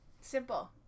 simple